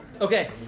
Okay